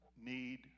need